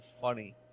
funny